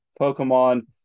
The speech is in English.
Pokemon